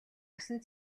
усан